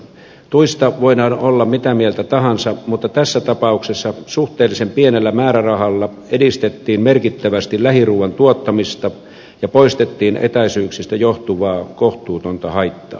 tuista voidaan olla mitä mieltä tahansa mutta tässä tapauksessa suhteellisen pienellä määrärahalla edistettiin merkittävästi lähiruuan tuottamista ja poistettiin etäisyyksistä johtuvaa kohtuutonta haittaa